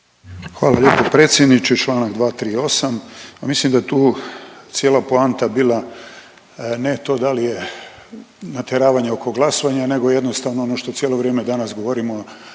Hvala lijepo predsjedniče, čl. 238. Pa mislim da je tu cijela poanta bila ne to da li je nateravanje oko glasovanja nego jednostavno ono što cijelo vrijeme danas govorimo,